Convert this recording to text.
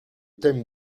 thème